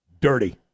dirty